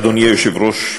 אדוני היושב-ראש,